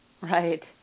Right